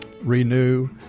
renew